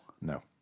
No